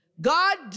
God